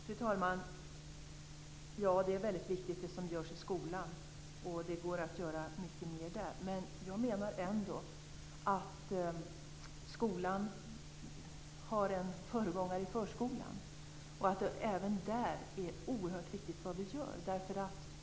Fru talman! Det som görs i skolan är mycket viktigt. Det går att göra mycket mer där. Men jag menar ändå att skolan har en föregångare i förskolan. Det är oerhört viktigt vad vi gör även där.